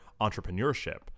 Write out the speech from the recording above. entrepreneurship